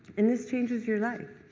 and this changes your life.